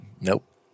Nope